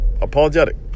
apologetic